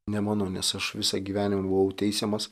nemanau nes aš visą gyvenimą buvau teisiamas